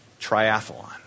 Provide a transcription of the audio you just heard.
Triathlon